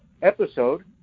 Episode